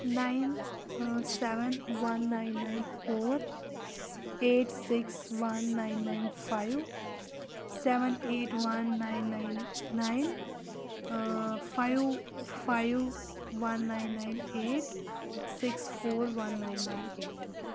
nine seven one nine nine four eight six one nine nine five seven eight one nine nine nine five five one nine nine eight six four one nine nine eight